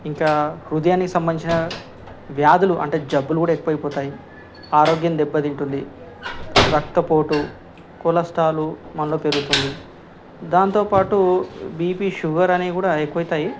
ఇంకా హృదయానికి సంబంధించిన వ్యాధులు అంటే జబ్బులు కూడా ఎక్కువ అవుతాయి ఆరోగ్యం దెబ్బతింటుంది రక్తపోటు కొలెస్ట్రాలు మనలో పెరుగుతుంది దాంతోపాటు బీపీ షుగర్ అనేవి కూడా ఎక్కువ అవుతాయి